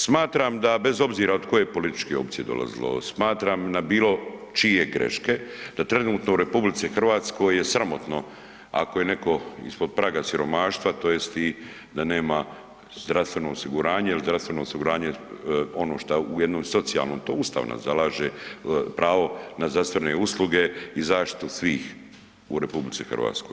Smatram da bez obzira od koje političke opcije dolazilo ovo, smatram na bilo čije greške da trenutno u RH je sramotno ako je netko ispod praga siromaštva tj. da nema zdravstveno osiguranje jel zdravstveno osiguranje u jednom socijalnom, to Ustav nalaže pravo na zdravstvene usluge i zaštitu svih u RH.